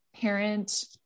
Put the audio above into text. parent